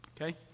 okay